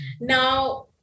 Now